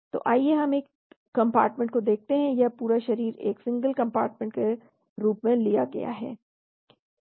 तो आइए हम एक कंपार्टमेंट मॉडल को देखते हैं यह पूरा शरीर एक सिंगल कंपार्टमेंट के रूप में लिया गया है